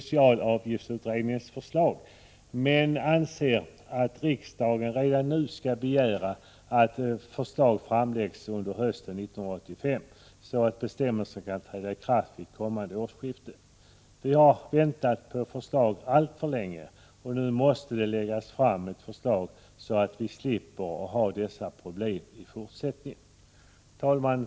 Reservanterna säger dock att riksdagen redan nu skall begära att förslag framläggs hösten 1985 så att bestämmelserna kan träda i kraft vid kommande årsskifte. Vi har väntat på ett förslag alltför länge. Nu måste ett sådant läggas fram så att vi slipper dessa problem i fortsättningen. Herr talman!